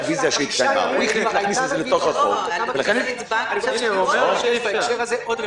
אני חושב שזה לא הגיוני לאפשר בהקשר הזה.